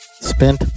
spent